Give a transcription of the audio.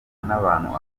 n’abantu